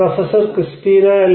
professor Christina L